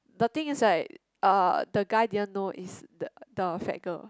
the thing is right uh the guy didn't know is the the fat girl